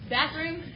Bathroom